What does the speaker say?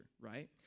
right